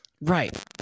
right